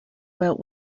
about